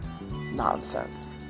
nonsense